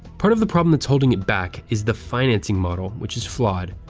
part of the problem that's holding it back is the financing model, which is flawed.